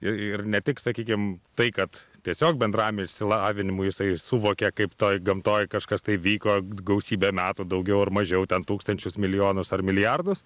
ir ne tik sakykim tai kad tiesiog bendram išsilavinimui jisai suvokia kaip toj gamtoj kažkas tai vyko gausybę metų daugiau ar mažiau ten tūkstančius milijonus ar milijardus